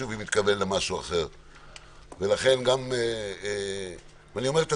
אני רוצה לומר כמה מילים ולאחר מכן, אם רוצים